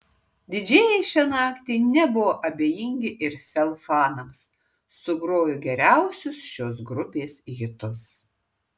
didžėjai šią naktį nebuvo abejingi ir sel fanams sugrojo geriausius šios grupės hitus